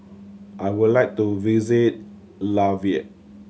I would like to visit Latvia